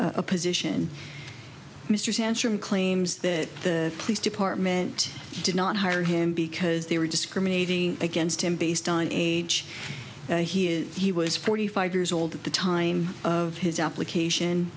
a position mr sansom claims that the police department did not hire him because they were discriminating against him based on age he is he was forty five years old at the time of his application